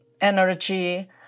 energy